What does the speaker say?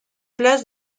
place